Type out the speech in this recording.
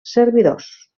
servidors